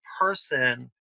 person